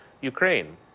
Ukraine